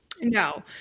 No